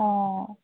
অঁ